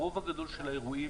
הרוב הגדול של האירועים,